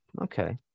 Okay